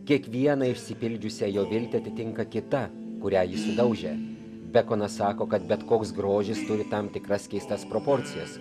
kiekvieną išsipildžiusią jo viltį atitinka kita kurią jis sudaužė bekonas sako kad bet koks grožis turi tam tikras keistas proporcijas